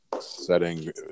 setting